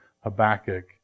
Habakkuk